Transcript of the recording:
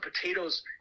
potatoes